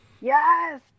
Yes